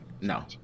No